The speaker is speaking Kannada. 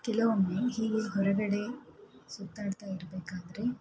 ಕೆಲವೊಮ್ಮೆ ಹೀಗೆ ಹೊರಗಡೆ ಸುತ್ತಾಡ್ತಾ ಇರಬೇಕಾದ್ರೆ